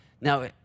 Now